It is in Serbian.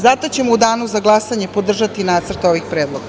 Zato ćemo u danu za glasanje podržati nacrt ovih predloga.